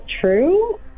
True